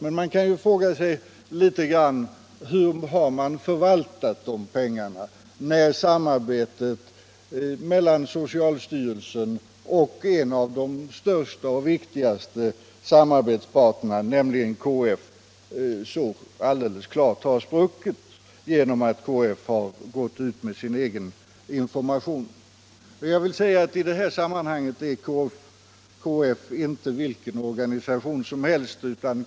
Men hur har man förvaltat de pengarna, när samarbetet mellan socialstyrelsen och en av de största och viktigaste samarbetsparterna, nämligen KF, så alldeles klart har spruckit genom att KF har gått ut med sin egen information? I det här sammanhanget är KF inte vilken organisation som helst.